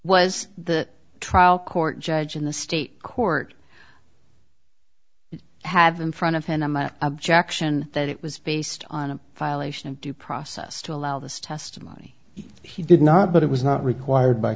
was the trial court judge in the state court you have in front of him the objection that it was based on a violation of due process to allow this testimony he did not but it was not required by